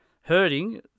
hurting